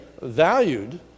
valued